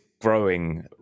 growing